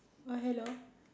uh hello